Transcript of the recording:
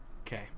Okay